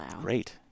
Great